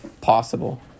possible